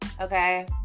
Okay